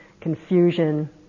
confusion